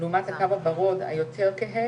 שאם ב- 2005 גילינו 58% בשלב מאוד מאוד מוקדם,